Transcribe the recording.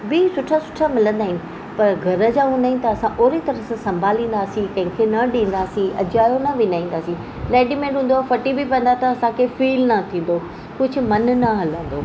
बि सुठा सुठा मिलंदा आहिनि पर घर जा हूंदा आहिनि त असां ओहिड़े तरह सां संभालींदासी कंहिंखे न ॾींदासीं अॼायो न विञाइंदासीं रेडीमेड हूंदो फ़टी बि पवंदा त असांखे फील न थींदो कुझु मन न हलंदो